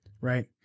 right